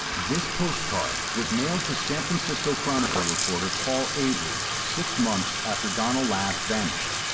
this postcard was mailed to san francisco chronicle reporter paul avery six months after donna lass vanished.